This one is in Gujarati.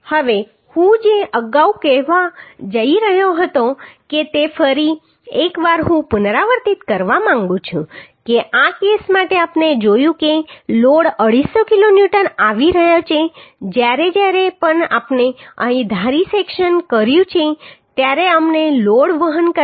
હવે હું જે અગાઉ કહેવા જઈ રહ્યો હતો તે ફરી એક વાર હું પુનરાવર્તિત કરવા માંગુ છું કે આ કેસ માટે આપણે જોયું છે કે લોડ 250 કિલોન્યુટન આવી રહ્યો છે જ્યારે પણ આપણે અહીં ધારી સેક્શન કર્યું છે ત્યારે અમને લોડ વહન કરવાની ક્ષમતા 308